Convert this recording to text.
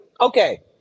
okay